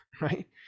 right